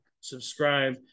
subscribe